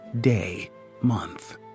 day-month